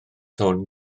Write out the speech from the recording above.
hwn